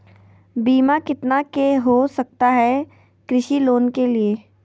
बीमा कितना के हो सकता है कृषि लोन के लिए?